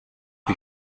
wie